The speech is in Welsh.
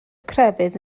crefydd